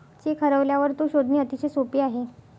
check हरवल्यावर तो शोधणे अतिशय सोपे आहे